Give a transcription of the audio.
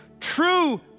true